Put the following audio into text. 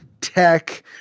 tech